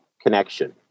connection